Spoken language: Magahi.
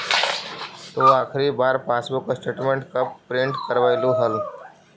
तु आखिरी बार पासबुक स्टेटमेंट कब प्रिन्ट करवैलु हल